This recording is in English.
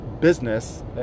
business